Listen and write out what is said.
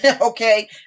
Okay